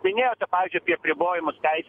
minėjote pavyzdžiui apie apribojimus teisių